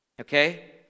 Okay